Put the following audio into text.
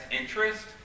interest